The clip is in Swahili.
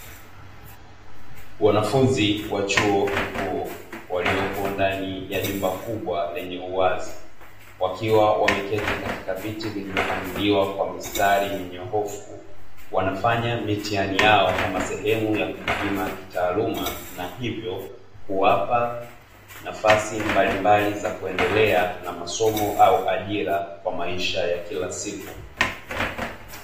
Wanafunzi wa chuo kikuu waliopo ndani ya jumba kubwa lenye uwazi, wakiwa wameketi katika viti vilivyopangiliwa kwa mistari minyohofu. Wanafanya mitihani yao kama sehemu ya kujipima kitaaluma na hivyo kuwapa nafasi mbalimbali za kuendelea na masomo au ajira kwa maisha ya kila siku.